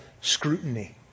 scrutiny